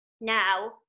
now